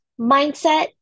mindset